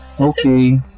Okay